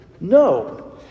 no